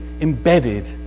embedded